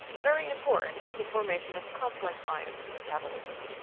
very important is the formation of complex ions in metabolism.